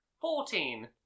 Fourteen